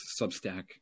substack